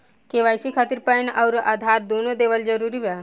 KYC खातिर PAN आउर आधार दुनों देवल जरूरी बा?